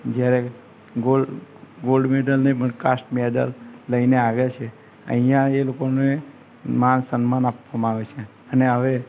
જ્યારે gold gold મેડલને પણ કાસ્ટ મેડલ લઈને આવ્યા છે અહીંયા એ લોકોને માન સન્માન આપવામાં આવે છે અને હવે